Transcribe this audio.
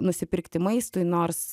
nusipirkti maistui nors